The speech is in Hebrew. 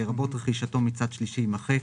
המילים "לרבות רכישתו מצד שלישי" יימחקו.